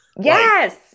Yes